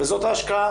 וזאת ההשקעה